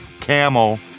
camel